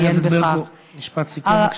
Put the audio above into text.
חברת הכנסת ברקו, משפט סיכום, בבקשה.